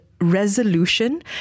resolution